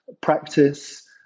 practice